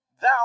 thou